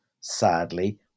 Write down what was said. sadly